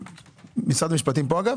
משרד המשפטים כאן?